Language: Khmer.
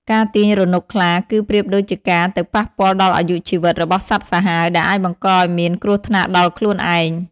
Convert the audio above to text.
ការទាញរនុកខ្លាគឺប្រៀបដូចជាការទៅប៉ះពាល់ដល់អាយុជីវិតរបស់សត្វសាហាវ ដែលអាចបង្កឱ្យមានគ្រោះថ្នាក់ដល់ខ្លួនឯង។